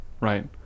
right